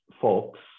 folks